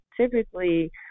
typically